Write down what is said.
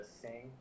sing